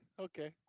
Okay